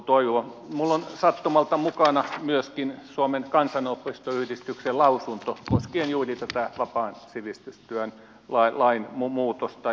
minulla on sattumalta mukana myöskin suomen kansanopistoyhdistyksen lausunto koskien juuri tätä vapaan sivistystyön lain muutosta